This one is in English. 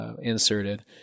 inserted